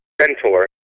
Centaur